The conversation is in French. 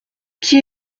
qui